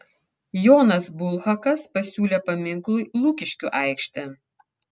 jonas bulhakas pasiūlė paminklui lukiškių aikštę